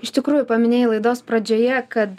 iš tikrųjų paminėjai laidos pradžioje kad